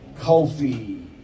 Kofi